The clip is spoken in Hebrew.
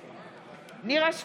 בעד נירה שפק,